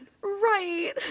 Right